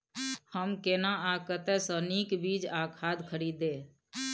हम केना आ कतय स नीक बीज आ खाद खरीदे?